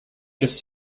just